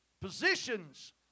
positions